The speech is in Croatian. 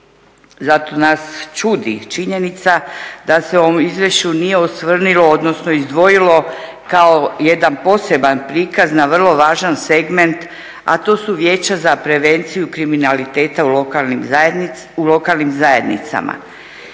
Zato nas čudi činjenica da se u ovom izvješću nije osvrnulo, odnosno izdvojilo kao jedan poseban prikaz na vrlo važan segment, a to su vijeća za prevenciju kriminaliteta u lokalnim zajednicama.